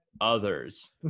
others